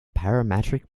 parametric